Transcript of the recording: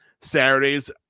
Saturdays